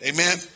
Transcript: Amen